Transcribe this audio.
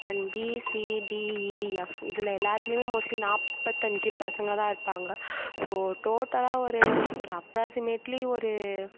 and B C D E F இதில் எல்லாத்துலேயுமே mostly நாற்பத்தஞ்சி பசங்கள்தான் இருப்பாங்க ஸோ டோட்டலாக ஒரு ஒரு அப்ராக்சிமேட்லி ஒரு